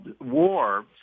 war